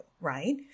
right